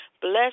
bless